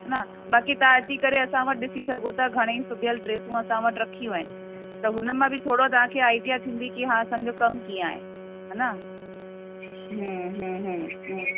हा न बाक़ी तव्हां अची करे असां वटि ॾिसी सघो था घणेई सुबियल ड्रेसूं असां वटि रखियूं आहिनि त हुन मां थोरो तव्हांखे आइडिया थींदी कि हा असांजो कमु कीअं आहे हा न हम्म हम्म हम्म हम्म